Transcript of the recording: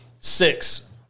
six